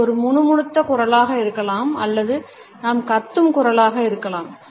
அது ஒரு முணுமுணுத்த குரலாக இருக்கலாம் அல்லது நாம் கத்தும் குரலாக இருக்கலாம்